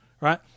right